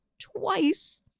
twice